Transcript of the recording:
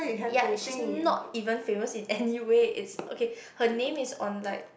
ya she not even famous in anywhere is okay her name is on like